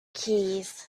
keys